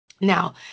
Now